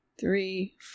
three